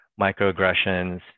microaggressions